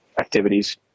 activities